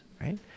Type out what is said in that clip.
right